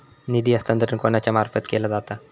निधी हस्तांतरण कोणाच्या मार्फत केला जाता?